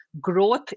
growth